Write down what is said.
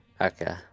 Okay